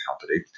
company